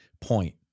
point